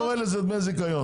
אני קורא לזה דמי זיכיון.